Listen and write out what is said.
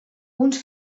uns